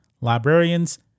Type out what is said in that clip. librarians